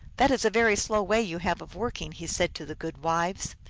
that is a very slow way you have of working, he said to the goodwives.